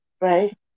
Right